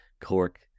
Cork